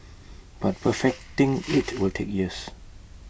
but perfecting IT will take years